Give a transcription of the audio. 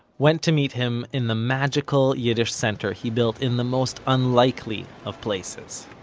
went to meet him in the magical yiddish center he built in the most unlikely of places